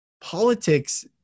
politics